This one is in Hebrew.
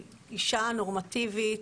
אישה נורמטיבית,